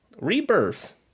Rebirth